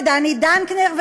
דני דנקנר,